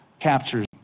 captures